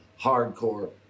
hardcore